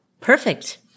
Perfect